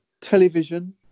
Television